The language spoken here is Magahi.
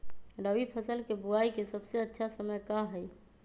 रबी फसल के बुआई के सबसे अच्छा समय का हई?